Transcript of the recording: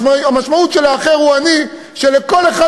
המשמעות של "האחר הוא אני" היא שלכל אחד